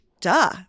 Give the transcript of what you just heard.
duh